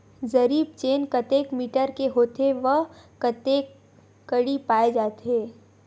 जरीब चेन कतेक मीटर के होथे व कतेक कडी पाए जाथे?